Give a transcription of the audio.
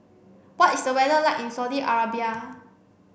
what is the weather like in Saudi Arabia